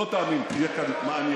לא תאמין, יהיה כאן מעניין.